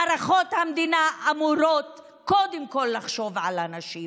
מערכות המדינה אמורות קודם כול לחשוב על הנשים